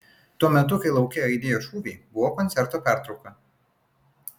tuo metu kai lauke aidėjo šūviai buvo koncerto pertrauka